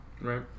Right